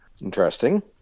interesting